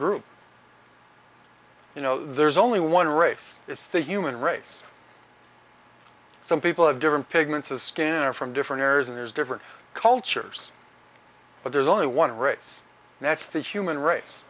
group you know there's only one race it's the human race some people have different pigments of skinner from different areas and there's different cultures but there's only one race and that's the human race